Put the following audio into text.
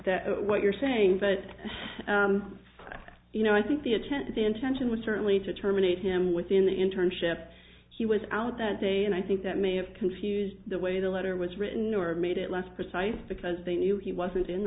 that what you're saying but you know i think the attendant intention was certainly to terminate him within the internship he was out that day and i think that may have confused the way the letter was written or made it less precise because they knew he wasn't in